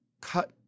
cut